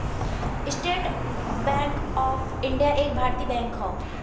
estate Bank of India एक भारतीय bank हौ